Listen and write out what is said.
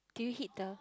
did you hit the